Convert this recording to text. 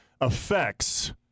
affects